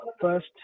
first